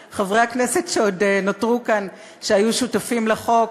אציין את חברי הכנסת שעוד נותרו כאן שהיו שותפים לחוק,